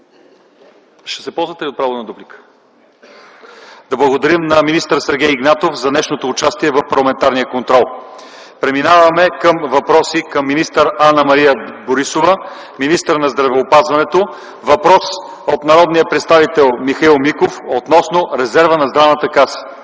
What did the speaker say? Ще се ползвате ли от право на дуплика? Не. Да благодарим на министър Игнатов за днешното участие в парламентарния контрол. Преминаваме към въпроси към Анна-Мария Борисова – министър на здравеопазването. Въпрос от народния представител Михаил Миков относно резерва на Здравната каса.